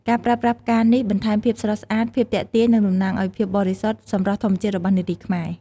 ការប្រើប្រាស់ផ្កានេះបន្ថែមភាពស្រស់ស្អាត ភាពទាក់ទាញ និងតំណាងឱ្យភាពបរិសុទ្ធ សម្រស់ធម្មជាតិរបស់នារីខ្មែរ។